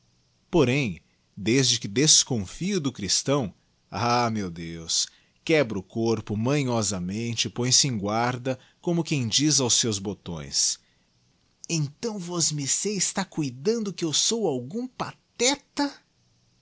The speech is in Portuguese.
porém desde que desconfie do christão ai meu deus quebra o corpo manhosamente e põe-se em guarda como quem diz aos seus botões jentão vosmecê está cóidando que eu sou algum pateta